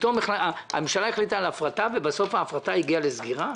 הממשלה החליטה על הפרטה ובסוף ההפרטה הגיעה לסגירה?